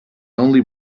only